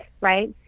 right